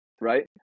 Right